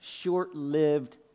short-lived